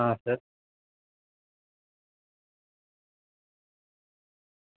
હા સર